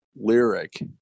lyric